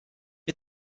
wir